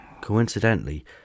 Coincidentally